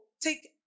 take